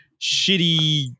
shitty